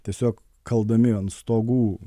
tiesiog kaldami ant stogų